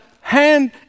hand